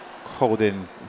holding